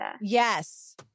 Yes